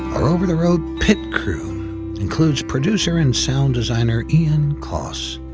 over the road pit crew includes producer and sound designer ian coss,